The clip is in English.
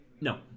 No